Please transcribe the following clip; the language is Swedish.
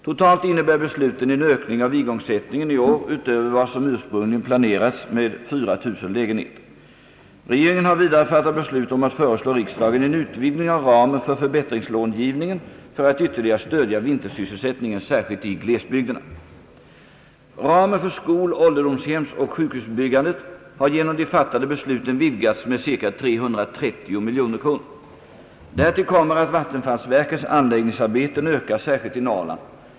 Totalt innebär besluten en ökning av igångsättningen i år utöver vad som ursprungligen planerats med 4000 lägenheter. Regeringen har vidare fattat beslut om att föreslå riksdagen en utvidgning av ramen för förbättringslångivningen för att ytterligare stödja vintersysselsättningen, särskilt i glesbygderna. Ramen för skol-, ålderdomshemsoch sjukhusbyggandet har genom de fattade besluten vidgats med ca 330 miljoner kronor. Därtill kommer att vattenfallsverkets anläggningsarbeten ökar särskilt i Norrland.